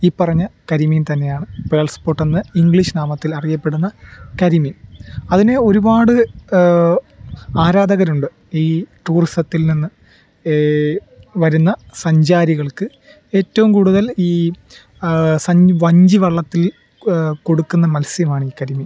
ഈ പറഞ്ഞ കരിമീൻ തന്നെയാണ് പേൾസ്പോട്ടെന്ന് ഇംഗ്ലീഷ് നാമത്തിൽ അറിയപ്പെടുന്ന കരിമീൻ അതിന് ഒരുപാട് ആരാധകരുണ്ട് ഈ ടൂറിസത്തിൽ നിന്ന് വരുന്ന സഞ്ചാരികൾക്ക് ഏറ്റവും കൂടുതൽ ഈ വഞ്ചി വള്ളത്തിൽ കൊടുക്കുന്ന മത്സ്യമാണ് ഈ കരിമീൻ